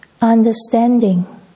understanding